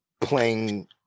playing –